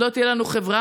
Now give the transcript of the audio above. אז לא תהיה לנו חברה,